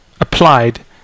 applied